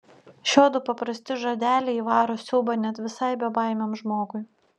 šiuodu paprasti žodeliai įvaro siaubą net visai bebaimiam žmogui